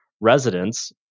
residents